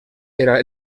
era